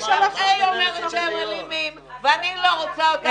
הם אלימים ואני לא רוצה אותם באוכלוסייה.